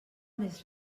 més